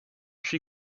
she